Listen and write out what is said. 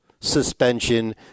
suspension